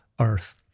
earth